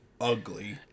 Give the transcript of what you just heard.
ugly